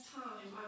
time